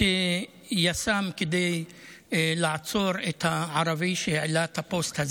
יס"מ כדי לעצור את הערבי שהעלה את הפוסט,